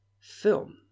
film